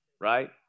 right